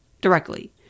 directly